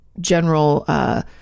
general